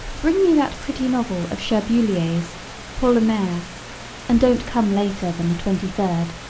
bring me that pretty novel of cherbuliez's paule mere and don't come later than the twenty third.